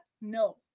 No